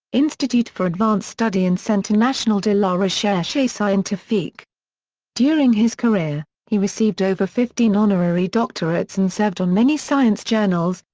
institute for advanced study and centre national de la recherche scientifique. during his career, he received over fifteen honorary doctorates and served on many science journals,